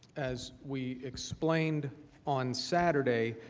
as we explained on saturday.